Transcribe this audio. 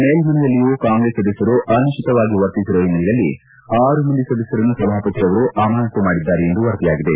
ಮೇಲ್ಮನೆಯಲ್ಲಿಯೂ Congress ಸದಸ್ಯರು ಅನುಚಿತವಾಗಿ ವರ್ತಿಸಿರುವ ಹಿನ್ನೆಲೆಯಲ್ಲಿ ಆರು ಮಂದಿ ಸದಸ್ಯರನ್ನು ಸಭಾಪತಿ ಅವರು ಅಮಾನತು ಮಾಡಿದ್ದಾರೆ ಎಂದು ವರದಿಯಾಗಿದೆ